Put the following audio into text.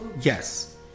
Yes